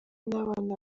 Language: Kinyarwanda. n’abana